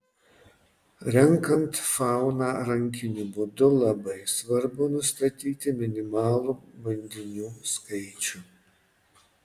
renkant fauną rankiniu būdu labai svarbu nustatyti minimalų bandinių skaičių